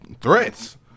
threats